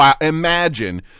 imagine